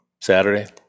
Saturday